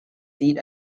seat